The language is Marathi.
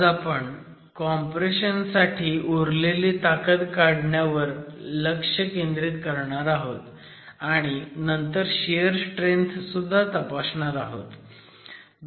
आज आपण कॉम्प्रेशन साठी उरलेली ताकत काढण्यावर लक्ष केंद्रित करणार आहोत आणि नंतर शियर स्ट्रेंथ सुद्धा तपासणार आहोत